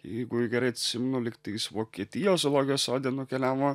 jeigu gerai atsimenu lyg tais vokietijos zoologijos sode nukeliavo